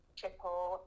triple